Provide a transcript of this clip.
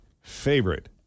favorite